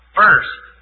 first